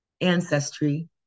ancestry